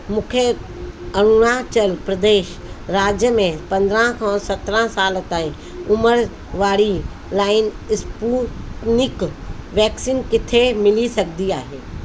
मूंखे अरुणाचल प्रदेश राज्य में पंद्रहं खां सत्रहं साल ताईं उमिरि वारी लाइन स्पूतनिक वैक्सीन किथे मिली सघंदी आहे